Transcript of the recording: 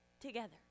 together